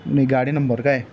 नाही गाडी नंबर काय